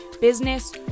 business